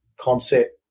concept